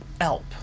help